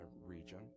region